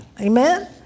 Amen